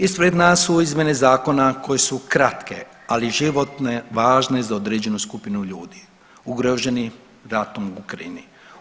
Ispred nas su izmjene zakona koje su kratke, ali životne važne za određenu skupinu ljudi ugroženi ratom u Ukrajini.